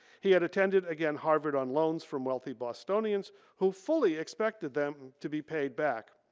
he had attended again harvard on loans from wealthy bostonians who fully expected them to be paid back.